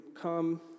come